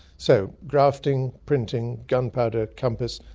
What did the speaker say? so grafting, printing, gunpowder, compass,